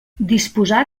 disposar